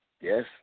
Yes